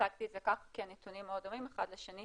הצגתי את זה כך כי הנתונים מאוד דומים אחד לשני.